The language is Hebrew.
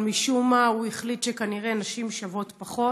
אבל משום מה הוא החליט שכנראה נשים שוות פחות.